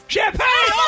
Champagne